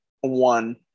one